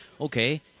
Okay